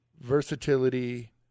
versatility